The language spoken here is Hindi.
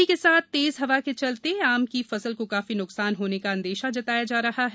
इसी के साथ तेज हवा के चलते आम की फसल को काफी न्कसान होने का अंदेशा जताया जा रहा है